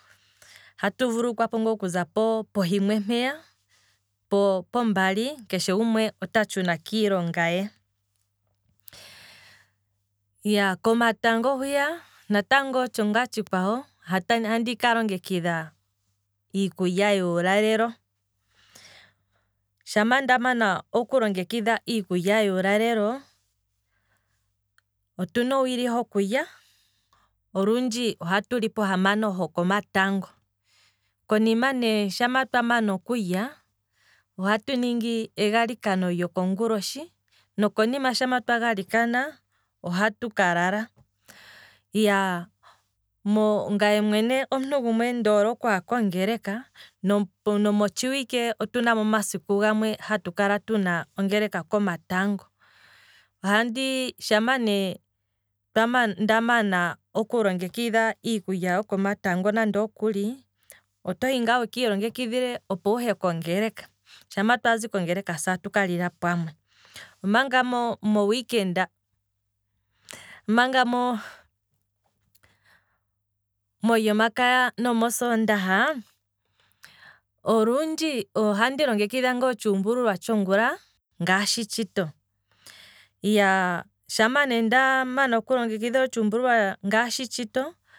Ohatu vululukwa ngaa okuza pohimwe mpeya po pombali keshe gumwe ota tshuna kiilonga ye, komatango hwiya natango otsho ngaa tshikwawo, ohandi ka longekidha iikulya yuulalelo, shama nda mana okulongekidha iikulya yuulalelo, otuna owili hokulya, olundji ohatu li pohamano hoko matango, konima nee shampa twamana okulya, ohatu ningi egalikano lyo konguloshi, nokonima shampa twa galikana ohatu ka lala, ngaye mwene omuntu gumwe ndoole okuha kongeleka, nomotshiwike otunamo omasiku gamwe hatu kala tuna ongeleka komatango, shampa ne ndamana oku longekidha iikulya yokomatango ande okuli, otohi ngaa wukiilongekidhile opo wuhe kongeleka, shampa twazi kongeleka se atuka lila pamwe, omanga mo weekend omanga molyomakaya nosoondaha, olundji ohandi longekidha ngaa otshuumbululwa tshongula ngaashi tshito, shampa ne ndamana oku longekidha otshuumbululwa ngaashi tshito.